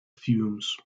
fumes